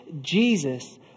Jesus